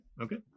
okay